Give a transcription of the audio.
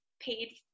paid